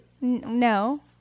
No